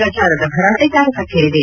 ಪ್ರಚಾರದ ಭರಾಟೆ ತಾರಕಕ್ಕೇರಿದೆ